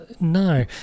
No